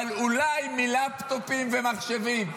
אבל אולי מלפטופים ומחשבים.